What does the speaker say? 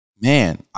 man